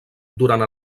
durant